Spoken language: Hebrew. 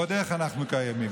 ועוד איך אנחנו קיימים.